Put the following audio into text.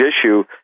issue